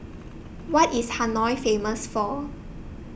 What IS Hanoi Famous For